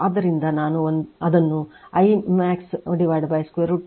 ಆದ್ದರಿಂದ ನಾವು ಅದನ್ನು I max √ 22 ಇಂಟು R ಎಂದು ಹಾಕುತ್ತಿದ್ದೇವೆ